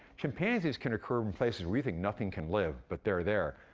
chimpanzees can occur in places we think nothing can live, but they're there.